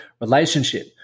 relationship